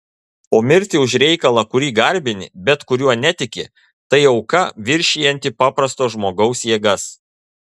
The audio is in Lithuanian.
o mirti už reikalą kurį garbini bet kuriuo netiki tai auka viršijanti paprasto žmogaus jėgas